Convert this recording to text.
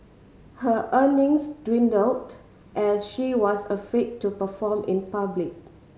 her earnings dwindled as she was afraid to perform in public